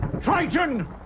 Triton